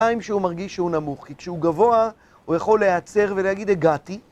שהוא מרגיש שהוא נמוך, כי כשהוא גבוה הוא יכול להיעצר ולהגיד, הגעתי.